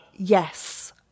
Yes